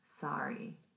sorry